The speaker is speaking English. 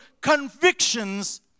convictions